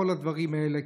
תחשבו על כל הדברים האלה,